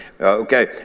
Okay